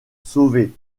sauvé